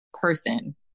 person